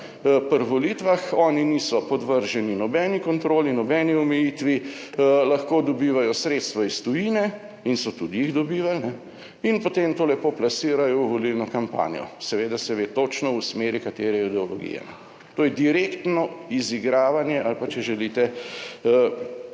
pri volitvah. Oni niso podvrženi nobeni kontroli, nobeni omejitvi. Lahko dobivajo sredstva iz tujine, in so tudi jih dobivali in potem to lepo plasirajo v volilno kampanjo, seveda se ve točno v smeri katere ideologije. To je direktno izigravanje ali pa, če želite,